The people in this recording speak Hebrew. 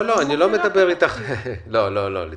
אני מדבר על להעביר